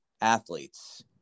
athletes